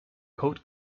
coat